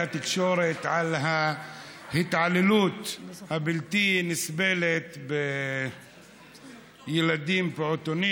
התקשורת את ההתעללות הבלתי-נסבלת בילדים בפעוטונים.